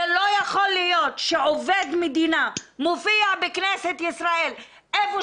זה לא יכול להיות שעובד מדינה מופיע בכנסת ישראל איפה